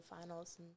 finals